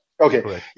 Okay